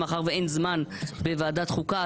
מאחר ואין זמן בוועדת החוקה,